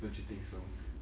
don't you think so